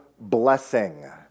blessing